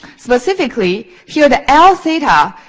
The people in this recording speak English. specifically, here, the l theta